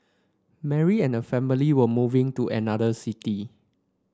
Mary and her family were moving to another city